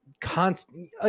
constant